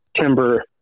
timber